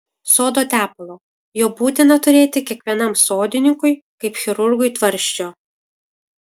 sodo tepalo jo būtina turėti kiekvienam sodininkui kaip chirurgui tvarsčio